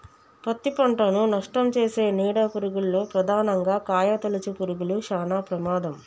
పత్తి పంటను నష్టంచేసే నీడ పురుగుల్లో ప్రధానంగా కాయతొలుచు పురుగులు శానా ప్రమాదం